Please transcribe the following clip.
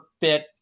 fit